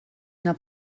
una